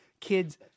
kids